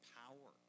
power